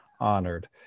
honored